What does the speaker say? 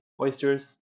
oysters